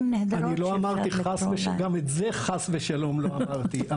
נהדרות--- גם את זה חס ושלום לא אמרתי.